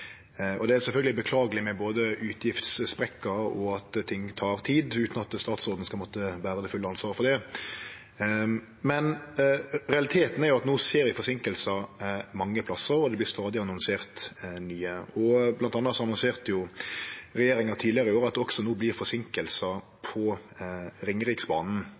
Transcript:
Det er sjølvsagt beklageleg med både utgiftssprekkar og at ting tar tid, utan at statsråden skal måtte bere det fulle ansvaret for det. Men realiteten er at ein no ser forseinkingar mange plassar, og det vert stadig annonsert nye. Blant anna annonserte regjeringa tidlegare i år at det no også vert forseinkingar på Ringeriksbanen.